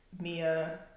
Mia